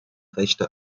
rechte